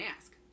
ask